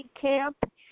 Camp